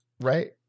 Right